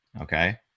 okay